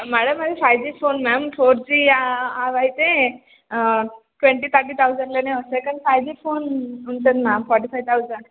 madam అది five G phone ma'am four G అవయితే twenty thirty థౌసండ్లోనే వస్తాయి కాని ఫైవ్ జి ఫోన్ ఉంటుంది మ్యామ్ ఫోర్టీ ఫైవ్ థౌసండ్